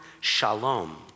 shalom